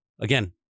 Again